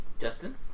Justin